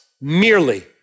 merely